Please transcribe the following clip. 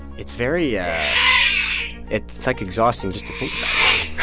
it's very yeah it's, like, exhausting just to think about, really